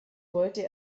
wollte